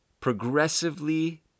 progressively